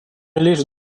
лишь